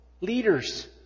leaders